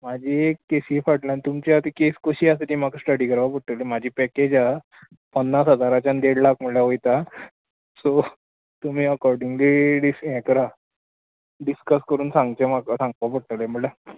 म्हजी एक केसी फाटल्यान तुमची आतां केस कशी आसा ती म्हाका स्टडी करपा पडटली म्हाजी पॅकेज आ पन्नास हजाराच्यान देड लाख म्हळ्ळ्या वयता सो तुमी अकॉडिंगली डिस हें करा डिसकस करून सांगचें म्हाका सांगपा पडटलें म्हळ्ळ्या